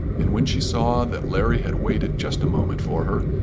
and when she saw that larry had waited just a moment for her,